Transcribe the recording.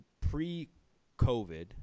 pre-COVID